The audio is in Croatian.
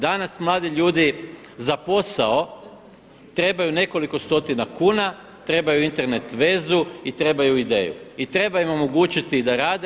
Danas mladi ljudi za posao trebaju nekoliko stotina kuna, trebaju Internet vezu i trebaju ideju i treba im omogućiti da rade.